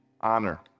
honor